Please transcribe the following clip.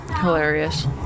Hilarious